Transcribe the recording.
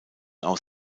aus